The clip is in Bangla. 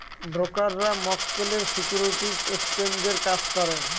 ব্রোকাররা মক্কেলের সিকিউরিটি এক্সচেঞ্জের কাজ করে